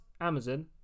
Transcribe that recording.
Amazon